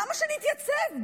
למה שנתייצב?